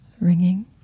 ringing